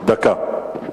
דקה.